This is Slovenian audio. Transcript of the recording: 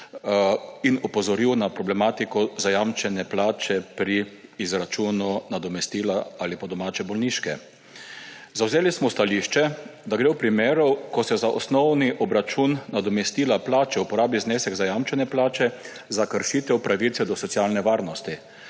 in opozoril na problematiko zajamčene plače pri izračunu nadomestila ali po domače bolniške: »Zavzeli smo stališče, da gre v primeru, ko se za osnovni obračun nadomestila plače uporabi znesek zajamčene plače, za kršitev pravice do socialne varnosti.